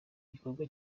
igikorwa